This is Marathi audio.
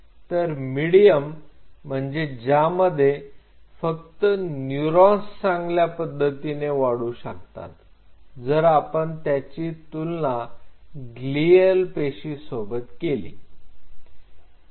तर मिडीयम म्हणजे ज्यामध्ये फक्त न्यूरॉन्स चांगल्या पद्धतीने वाढू शकतात जर आपण त्याची तुलना ग्लीअल पेशीसोबत केली